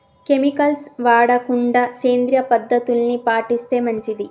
chemicals వాడకుండా సేంద్రియ పద్ధతుల్ని పాటిస్తే మంచిది